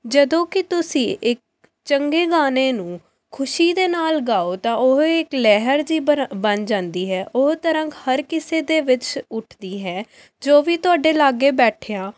ਜਦੋਂ ਕਿ ਤੁਸੀਂ ਇੱਕ ਚੰਗੇ ਗਾਣੇ ਨੂੰ ਖੁਸ਼ੀ ਦੇ ਨਾਲ ਗਾਓ ਤਾਂ ਉਹ ਇੱਕ ਲਹਿਰ ਜਿਹੀ ਬਰ ਬਣ ਜਾਂਦੀ ਹੈ ਉਹ ਤਰੰਗ ਹਰ ਕਿਸੇ ਦੇ ਵਿੱਚ ਉੱਠਦੀ ਹੈ ਜੋ ਵੀ ਤੁਹਾਡੇ ਲਾਗੇ ਬੈਠੇ ਹਾਂ